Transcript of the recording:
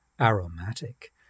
Aromatic